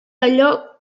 allò